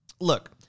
look